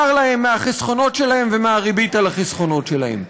להם מהחסכונות שלהם ומהריבית על החסכונות שלהם.